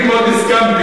אני מאוד הסכמתי